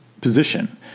position